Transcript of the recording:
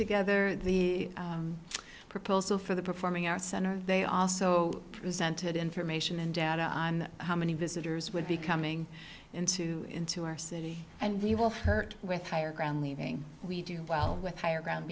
together the proposal for the performing arts center they also presented information and data on how many visitors would be coming into into our city and we will hurt with higher ground leaving we do well with higher ground